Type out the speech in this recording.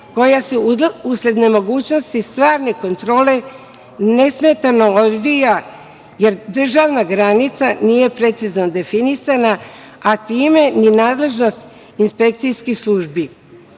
koja se usled nemogućnosti stvarne kontrole ne smetano odvija, jer državna granica nije precizno definisana, a time ni nadležnost inspekcijskih službi.